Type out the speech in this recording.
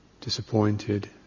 disappointed